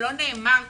לא נאמר כלום.